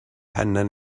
pennau